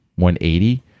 180